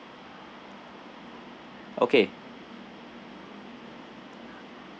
okay